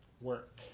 work